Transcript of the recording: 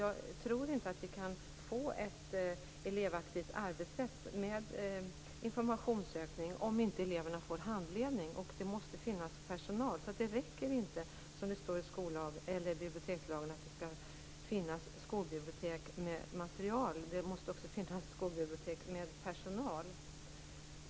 Jag tror inte att vi kan få ett elevaktivt arbetssätt med informationssökning om inte eleverna får handledning, och då måste det finnas personal. Det räcker alltså inte att det skall finnas skolbibliotek med material, som det står i bibliotekslagen, utan det måste också finnas skolbibliotek med personal.